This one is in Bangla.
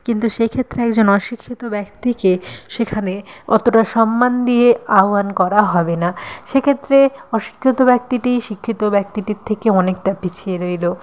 কিন্তু সেক্ষেত্রে একজন অশিক্ষিত ব্যক্তিকে সেখানে অতটা সম্মান দিয়ে আহ্বান করা হবে না সেক্ষেত্রে অশিক্ষিত ব্যক্তিটি শিক্ষিত ব্যক্তিটির থেকে অনেকটা পিছিয়ে রইল